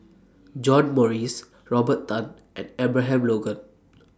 John Morrice Robert Tan and Abraham Logan